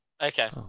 okay